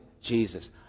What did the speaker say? Jesus